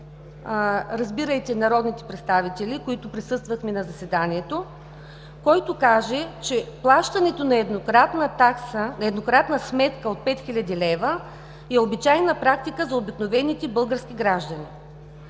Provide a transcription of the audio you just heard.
разбирайте народните представители, които присъствахме на заседанието, който каже, че плащането на еднократна сметка от 5000 лв. е обичайна практика за обикновените български граждани…“